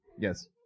Yes